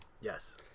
yes